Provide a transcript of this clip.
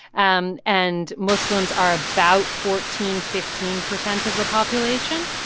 um and muslims are about fourteen, fifteen percent of the population.